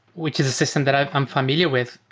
which is a system that i'm i'm familiar with,